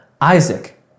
Isaac